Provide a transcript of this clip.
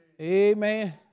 Amen